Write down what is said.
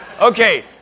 Okay